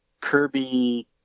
Kirby